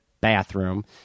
bathroom